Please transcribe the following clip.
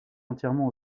entièrement